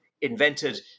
invented